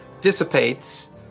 dissipates